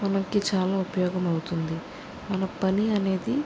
మనకి చాలా ఉపయోగం అవుతుంది మన పని అనేది